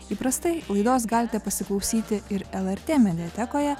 įprastai laidos galite pasiklausyti ir lrt mediatekoje